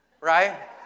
right